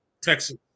Texas